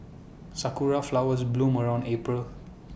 Sakura Flowers bloom around April